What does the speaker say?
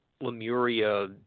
Lemuria